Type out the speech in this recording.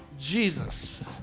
Jesus